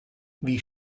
wie